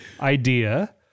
idea